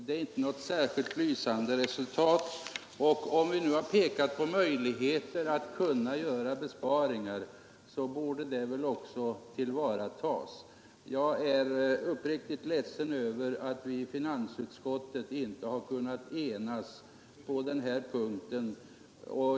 Det är inte något särskilt lysande resultat, och när vi nu har pekat på möjligheter att göra besparingar borde de möjligheterna också tillvaratas. Jag är uppriktigt ledsen över att vi i finansutskottet inte har kunnat enas på den här punkten.